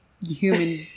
human